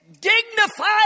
dignified